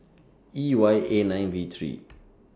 E Y eight nine V three